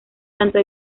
tanto